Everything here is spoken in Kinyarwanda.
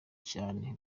cyane